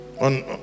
On